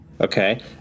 Okay